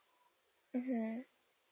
mmhmm